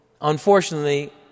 unfortunately